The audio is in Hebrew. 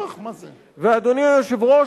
ואדוני היושב-ראש,